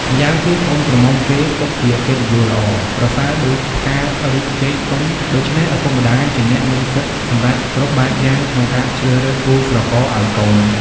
ម្យ៉ាងទៀត កូនក្រមុំគេទុកជាកិត្តិយសល្អ ប្រសើរដូចផ្ការីក ចេកទុំ ដូច្នេះ ឪពុកម្ដាយជាអ្នកមានសិទ្ធិសម្រេចគ្រប់បែបយ៉ាងក្នុងការជ្រើសរើសគូស្រករឲ្យកូន ។